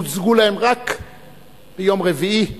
על שאלות שהוצגו להם רק ביום רביעי.